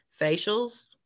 facials